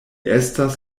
estas